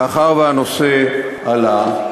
מאחר שהנושא עלה,